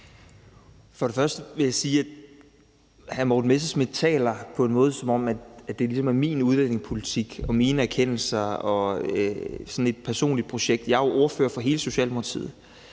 For det første vil jeg sige, at hr. Morten Messerschmidt får det til at lyde, som om det er min udlændingepolitik og mine erkendelser, og at det er et personligt projekt. Jeg er jo ordfører for hele Socialdemokratiet,